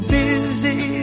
busy